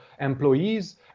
employees